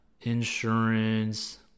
insurance